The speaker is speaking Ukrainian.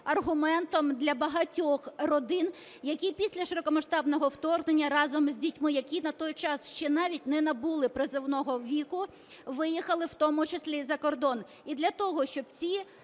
аргументом для багатьох родин, які після широкомасштабного вторгнення разом з дітьми, які на той час ще навіть не набули призовного віку, виїхали в тому числі за кордон,